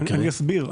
אסביר.